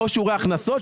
לא שיעורי הכנסות,